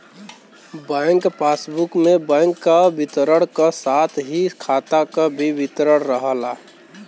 bank passbook में bank क विवरण क साथ ही खाता क भी विवरण रहला